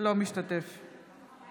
אינו משתתף בהצבעה